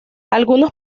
algunos